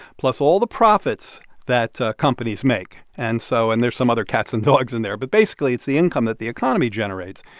plus all the profits that companies make and so and there's some other cats and dogs in there. but, basically, it's the income that the economy generates.